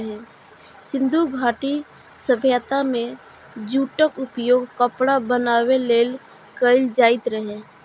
सिंधु घाटी सभ्यता मे जूटक उपयोग कपड़ा बनाबै लेल कैल जाइत रहै